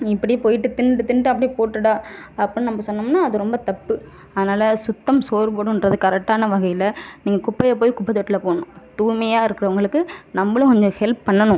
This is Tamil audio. நீ இப்படியே போய்ட்டு தின்னுவிட்டு தின்னுவிட்டு அப்படியே போட்டுடா அப்படின்னு நம்ம சொன்னோம்னா அது தப்பு அதனால் சுத்தம் சோறு போடும்ங்கிறது கரெக்டான வகையில் நீங்கள் குப்பையை போய் குப்பத்தொட்டியில் போடணும் தூய்மையாக இருக்கிறவங்களுக்கு நம்மளும் கொஞ்சம் ஹெல்ப் பண்ணணும்